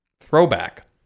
Throwback